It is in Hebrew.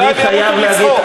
אולי הם ימותו מצחוק.